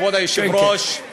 כבוד היושב-ראש,